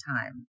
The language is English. time